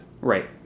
right